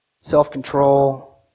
self-control